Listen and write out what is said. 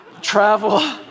travel